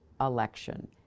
election